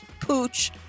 pooch